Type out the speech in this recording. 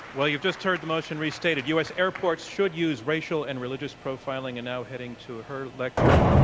well you've just heard the motion restated, u. s. airports should use racial and religious profiling. and now heading to her lectern